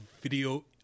video